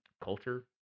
culture